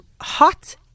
hot